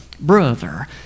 brother